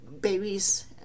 babies